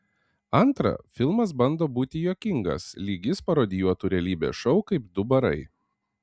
antra filmas bando būti juokingas lyg jis parodijuotų realybės šou kaip du barai